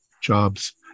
jobs